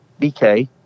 BK